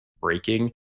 breaking